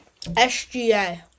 SGA